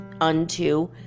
unto